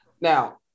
Now